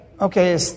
okay